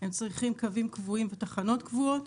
הם צריכים קווים קבועים ותחנות קבועות.